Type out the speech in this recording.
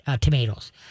tomatoes